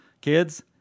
kids